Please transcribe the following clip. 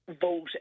vote